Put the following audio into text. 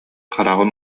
хараҕын